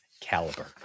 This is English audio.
caliber